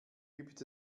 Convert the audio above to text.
gibt